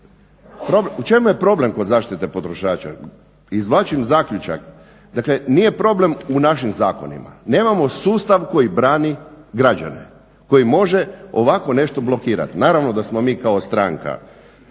U čemu je problem kod zaštite potrošača? Izvlačim zaključak, dakle nije problem u našim zakonima, nemamo sustav koji brani građane koji može ovako nešto blokirati. Naravno da smo mi kao stranka